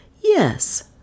Yes